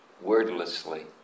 wordlessly